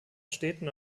städten